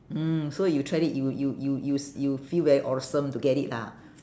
mm so you tried it you you you you s~ you feel very awesome to get it lah